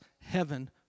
heaven